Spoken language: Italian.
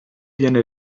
viene